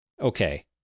Okay